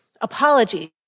Apologies